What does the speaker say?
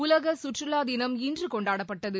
உலக சுற்றுவா தினம் இன்று கொண்டாடப்பட்டது